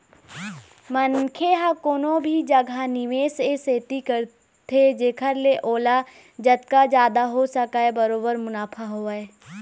मनखे ह कोनो भी जघा निवेस ए सेती करथे जेखर ले ओला जतका जादा हो सकय बरोबर मुनाफा होवय